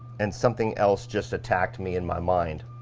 and something else just attacked me in my mind.